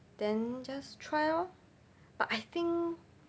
then just try lor but I think